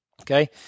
Okay